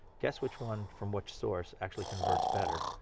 guess which one from which source actually converts better.